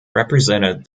represented